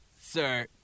sir